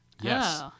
Yes